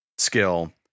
skill